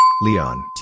Leon